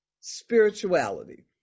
spirituality